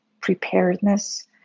preparedness